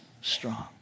strong